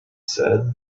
said